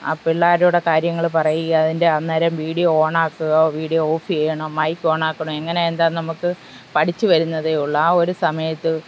ആ പിള്ളേരോട് കാര്യങ്ങൾ പറയുക അതിൻ്റെ അന്നേരം വീഡിയോ ഓണാക്കുക വീഡിയോ ഓഫ് ചെയ്യണം മൈക്ക് ഓണാക്കണം എങ്ങനെ എന്താ നമുക്ക് പഠിച്ചു വരുന്നതേ ഉള്ളു ആ ഒരു സമയത്ത്